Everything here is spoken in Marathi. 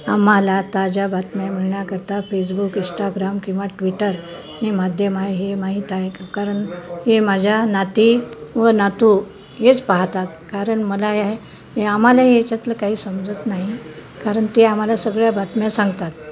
आम्हाला ताज्या बातम्या मिळण्याकरता फेसबुक इस्टाग्राम किंवा ट्विटर हे माध्यम आहे हे माहीत आहे कारण हे माझ्या नाती व नातू हेच पाहतात कारण मला आम्हाला ह्याच्यातलं काही समजत नाही कारण ते आम्हाला सगळ्या बातम्या सांगतात